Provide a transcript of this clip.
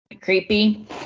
Creepy